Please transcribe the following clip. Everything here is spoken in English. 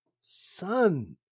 Son